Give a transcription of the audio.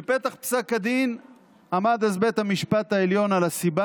בפתח פסק הדין עמד אז בית המשפט העליון על הסיבה